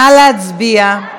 נא להצביע.